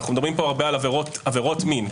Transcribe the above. מדברים פה הרבה על עבירות מין.